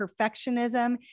perfectionism